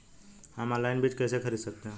हम ऑनलाइन बीज कैसे खरीद सकते हैं?